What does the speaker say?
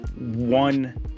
one